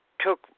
took